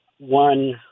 one